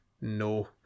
No